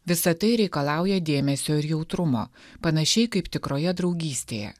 visa tai reikalauja dėmesio ir jautrumo panašiai kaip tikroje draugystėje